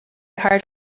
hard